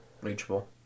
reachable